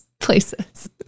places